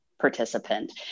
participant